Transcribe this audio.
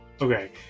Okay